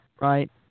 right